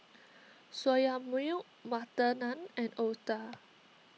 Soya Milk Butter Naan and Otah